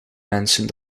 mensen